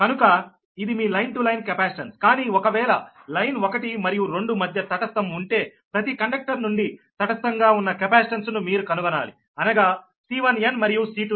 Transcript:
కనుక ఇది మీ లైన్ టు లైన్ కెపాసిటెన్స్కానీ ఒకవేళ లైన్ ఒకటి మరియు రెండు మధ్య తటస్థం ఉంటే ప్రతి కండక్టర్ నుండి తటస్థంగా ఉన్న కెపాసిటెన్స్ ను మీరు కనుగొనాలి అనగా C1n మరియు C2n